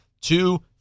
two